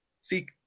seek